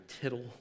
tittle